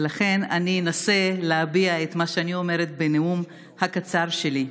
ולכן אני אנסה להביע את מה שאני אומרת בנאום הקצר שלי.